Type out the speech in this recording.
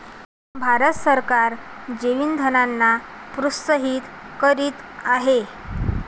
भारत सरकार जैवइंधनांना प्रोत्साहित करीत आहे